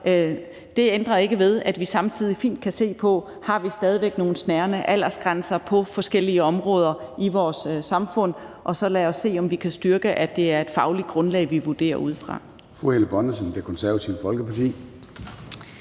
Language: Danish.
Det ændrer ikke ved, at vi samtidig fint kan se på, om vi stadig væk har nogle snærende aldersgrænser på forskellige områder i vores samfund, og så lad os se, om vi kan styrke, at det er et fagligt grundlag, vi vurderer ud fra.